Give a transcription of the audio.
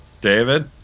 David